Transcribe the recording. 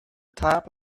top